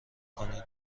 کنین